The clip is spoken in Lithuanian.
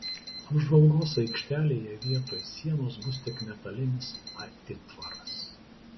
apžvalgos aikštelėje vietoj sienos bus tik metalinis atitvaras